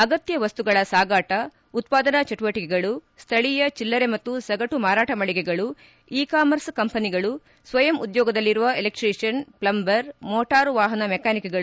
ಅಗತ್ಯ ವಸ್ತುಗಳ ಸಾಗಾಟ ಉತ್ಪಾದನಾ ಚಟುವಟಿಕೆಗಳು ಸ್ಥಳೀಯ ಚಿಲ್ಲರೆ ಮತ್ತು ಸಗಟು ಮಾರಾಟ ಮಳಿಗೆಗಳು ಇ ಕಾಮರ್ಸ್ ಕಂಪನಿಗಳು ಸ್ವಯಂ ಉದ್ಯೋಗದಲ್ಲಿರುವ ಎಲೆಕ್ಟೀಷಿಯನ್ ಫ್ಲೆಂಬರ್ ಮೋಟಾರು ವಾಪನ ಮೆಕಾನಿಕ್ಗಳು